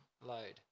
load